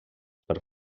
per